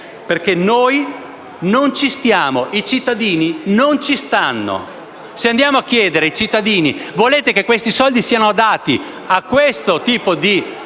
perché noi non ci stiamo. I cittadini non ci stanno. Se andiamo a chiedere ai cittadini se vogliono che i soldi siano dati a questo tipo di